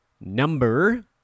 number